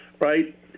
right